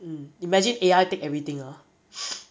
mm imagine A_I take everything ah